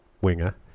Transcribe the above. winger